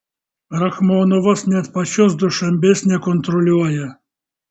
rachmonovas net pačios dušanbės nekontroliuoja